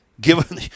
given